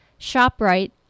ShopRite